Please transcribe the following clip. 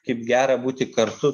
kaip gera būti kartu